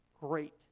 Great